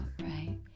right